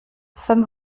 femme